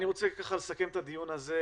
אני רוצה לסכם את הדיון הזה,